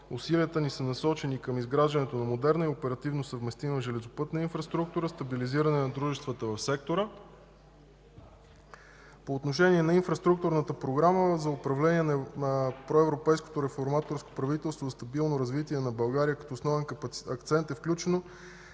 Усилията ни са насочени към изграждането на модерна и оперативно съвместима железопътна инфраструктура, стабилизиране на дружествата в сектора. По отношение на инфраструктурната програма за управление на проевропейското реформаторско правителство – то е за стабилно развитие на България. В нея като основен акцент е включено